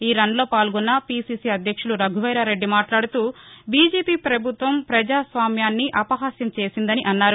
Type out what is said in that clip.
ఈ రన్లో పాల్గొన్న పీసీసీ అధ్యక్షుడు రఘువీరారెడ్డి మాట్లాడుతూ బీజేపీ పభుత్వం ప్రజాస్వామ్యాన్ని అపహస్యం చేసిందని అన్నారు